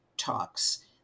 talks